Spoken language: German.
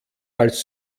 als